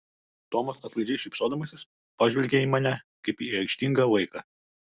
tomas atlaidžiai šypsodamasis pažvelgė į mane kaip į aikštingą vaiką